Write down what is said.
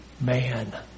man